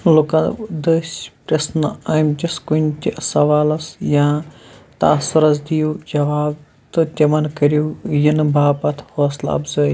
لُكن دٔسۍ پِرٛژھنہٕ آمتِس كُنہِ تہِ سوالس یا تعاصُرس دِیِو جواب تہٕ تِمن كٔرِو یِنہٕ باپت حوصلہٕ افضٲیی